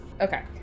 Okay